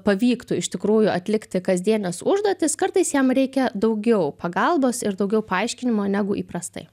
pavyktų iš tikrųjų atlikti kasdienes užduotis kartais jam reikia daugiau pagalbos ir daugiau paaiškinimo negu įprastai